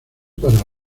para